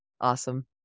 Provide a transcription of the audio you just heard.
Awesome